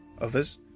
Others